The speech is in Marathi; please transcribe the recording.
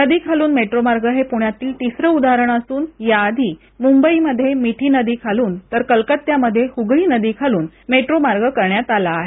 नदीखालून मेट्रोमार्ग हे पूप्यातील तिसरं उदाहरण असुन या आधी मुंबई मध्ये मिठी नदी खालून तर कलकत्ता मध्ये हुगळी नदी खालून मेट्रो मार्ग करण्यात आला आहे